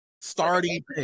starting